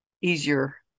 easier